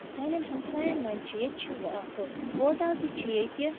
سانٮ۪ن ہمسایَن منٛز چھِ ییٚتہِ چھِ اَکھ ہوٹَل تہِ چھِ ییٚتہِ